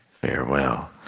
Farewell